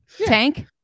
Tank